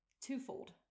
Twofold